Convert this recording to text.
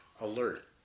alert